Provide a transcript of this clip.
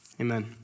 Amen